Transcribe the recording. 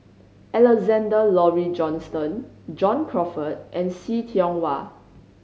Alexander Laurie Johnston John Crawfurd and See Tiong Wah